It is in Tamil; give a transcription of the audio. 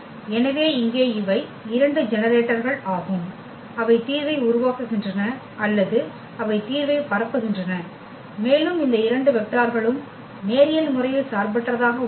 எனவே இங்கே இவை இரண்டு ஜெனரேட்டர்கள் ஆகும் அவை தீர்வை உருவாக்குகின்றன அல்லது அவை தீர்வை பரப்புகின்றன மேலும் இந்த இரண்டு வெக்டார்களும் நேரியல் முறையில் சார்பற்றதாக உள்ளன